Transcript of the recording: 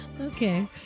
okay